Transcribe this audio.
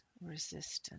resistance